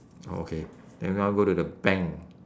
okay then we all go to the bank